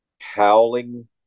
howling